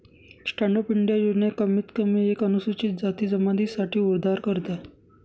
stand up India योजना ही कमीत कमी एक अनुसूचित जाती जमाती साठी उधारकर्ता आहे